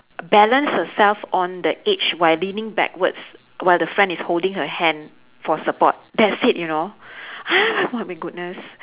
balance herself on the edge while leaning backwards while her friend is holding the hand for support that's it you know my goodness